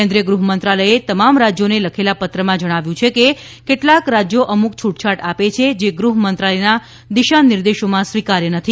કેન્દ્રિય ગૃહ મંત્રાલયે તમામ રાજ્યોને લખેલા પત્રમાં જણાવ્યું છે કે કેટલાક રાજ્યો અમુક છુટછાટ આપે છે જે ગૃહમંત્રાલયના દિશા નિર્દેશોમાં સ્વીકાર્ય નથી